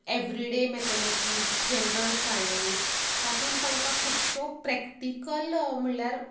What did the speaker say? everyday mathematics general science तातूंत तांकां खुबश्यो प्रॅक्टिकल म्हणल्यार